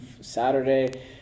Saturday